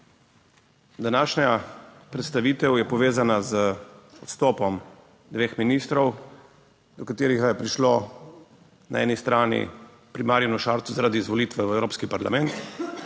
Današnja predstavitev je povezana z odstopom dveh ministrov, do katerega je prišlo na eni strani pri Marjanu Šarcu, zaradi izvolitve v Evropski parlament,